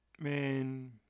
Man